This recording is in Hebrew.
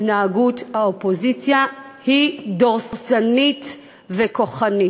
התנהגות האופוזיציה היא דורסנית וכוחנית.